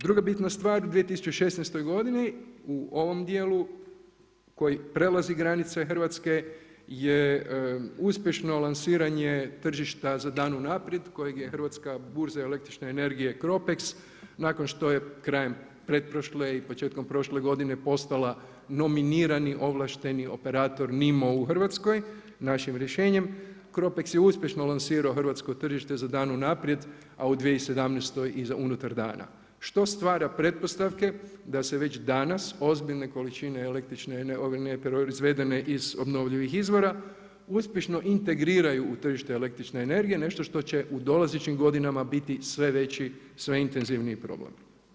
Druga bitna stvar u 2016. godini u ovom djelu koji prelazi granice Hrvatske je uspješno lansiranje tržišta za dan unaprijed kojeg je Hrvatska burza električne energije CROPEX, nakon što je krajem pretprošle i početkom prošle godine postala nominirani ovlašteni operator mimo u Hrvatskoj našim rješenjem, CROPEX je uspješno lansirao hrvatsko tržište za dan unaprijed a u 2017. i za unutar dana što stvara pretpostavke da se već danas ozbiljne količine … izvedene iz obnovljivih izvora, uspješno integriraju u tržište električne energije, nešto što će u dolazećim godinama biti sve veći, sve intenzivniji problem.